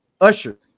usher